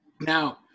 now